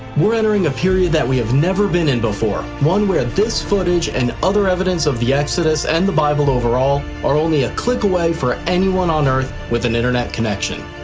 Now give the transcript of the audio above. we're entering a period we've never been in before, one where this footage and other evidence of the exodus and the bible overall are only a click away for anyone on earth with an internet connection.